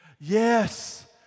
Yes